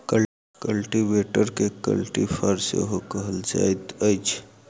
कल्टीवेटरकेँ कल्टी फार सेहो कहल जाइत अछि